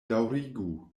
daŭrigu